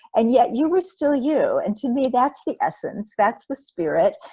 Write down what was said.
and yet you were still you and to me, that's the essence, that's the spirit,